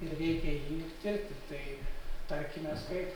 ir reikia dirbti tiktai tarkimės kaip